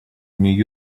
нью